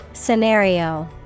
Scenario